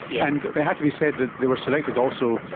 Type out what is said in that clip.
yeah and it has to be said that they were selected also,